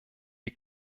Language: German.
die